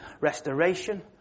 Restoration